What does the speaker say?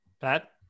Pat